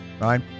right